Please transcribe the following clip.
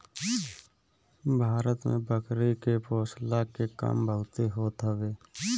भारत में बकरी के पोषला के काम बहुते होत हवे